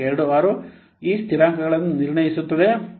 26 ಈ ಸ್ಥಿರಾಂಕಗಳನ್ನು ನಿರ್ಣಯಿಸುತ್ತದೆ